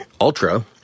Ultra